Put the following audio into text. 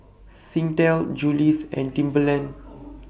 Singtel Julie's and Timberland